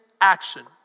action